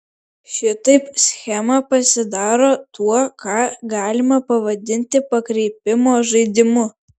šitaip schema pasidaro tuo ką galima pavadinti pakreipimo žaidimu